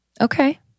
okay